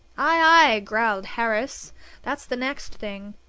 ay, ay, growled harris that's the next thing!